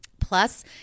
Plus